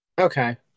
Okay